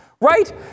right